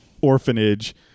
orphanage